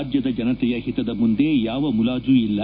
ರಾಜ್ಯದ ಜನತೆಯ ಹಿತದ ಮುಂದೆ ಯಾವ ಮುಲಾಜೂ ಇಲ್ಲ